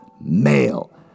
male